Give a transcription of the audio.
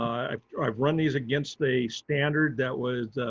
i've i've run these against the standard that was,